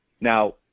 Now